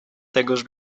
tegoż